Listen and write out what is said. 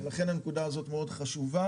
לכן הנקודה הזאת מאוד חשובה.